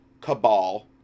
cabal